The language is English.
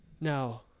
Now